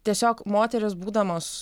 tiesiog moterys būdamos